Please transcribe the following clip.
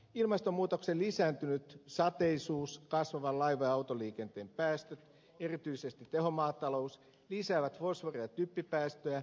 ilmastonmuutoksen lisääntynyt sateisuus kasvavan laiva ja autoliikenteen päästöt erityisesti tehomaatalous lisäävät fosfori tai typpipäästöjä